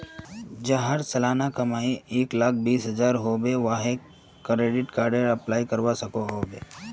जहार सालाना कमाई एक लाख बीस हजार होचे ते वाहें क्रेडिट कार्डेर अप्लाई करवा सकोहो होबे?